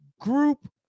group